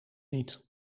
niet